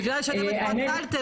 בגלל שאתם התפצלתם,